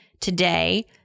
today